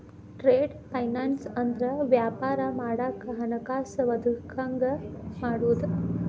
trade finance ಅಂದ್ರ ವ್ಯಾಪಾರ ಮಾಡಾಕ ಹಣಕಾಸ ಒದಗಂಗ ಮಾಡುದು